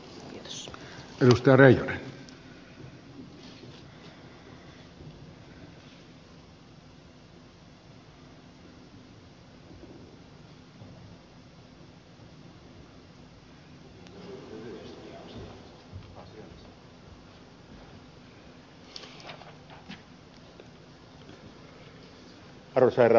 arvoisa herra puhemies